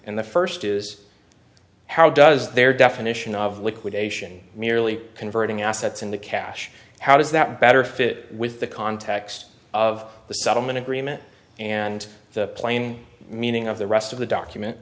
in the first is how does their definition of liquidation merely converting assets into cash how does that better fit with the context of the settlement agreement and the plain meaning of the rest of the document